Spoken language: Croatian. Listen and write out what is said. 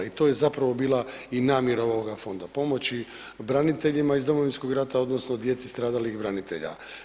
I to je zapravo bila i namjera ovoga fonda, pomoći braniteljima iz Domovinskoga rata odnosno djeci stradalih branitelja.